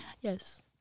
Yes